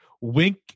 wink